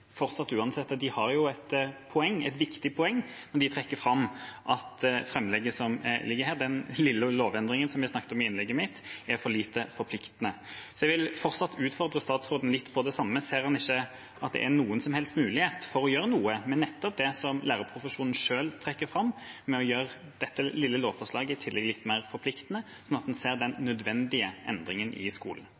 fortsatt det er et viktig poeng de trekker fram, at dette framlegget, den lille lovendringen som jeg snakket om i innlegget mitt, er for lite forpliktende. Jeg vil fortsatt utfordre statsråden på litt av det samme: Ser han ikke noen som helst mulighet for å gjøre noe med nettopp det som lærerprofesjonen selv trekker fram, nemlig å gjøre dette lille lovforslaget litt mer forpliktende, slik at man kan se den nødvendige endringen i skolen?